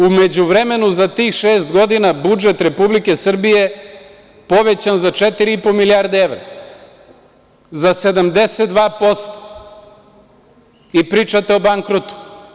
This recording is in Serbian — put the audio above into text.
U međuvremenu, za tih šest godina budžet Republike Srbije povećan za 4,5 milijarde evra, za 72% i pričate o bankrotu.